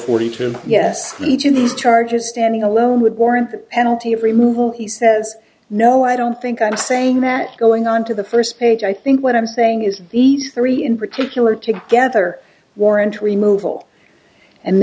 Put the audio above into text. forty two yes in each of these charges standing alone would warrant the penalty of removing he says no i don't think i'm saying that going on to the first page i think what i'm saying is the three in particular together warrant to remove all and